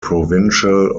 provincial